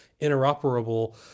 Interoperable